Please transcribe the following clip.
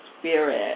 Spirit